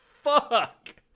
fuck